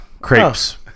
crepes